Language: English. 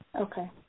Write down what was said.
Okay